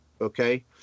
okay